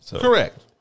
Correct